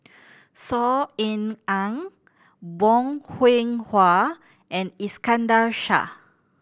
Saw Ean Ang Bong Hiong Hwa and Iskandar Shah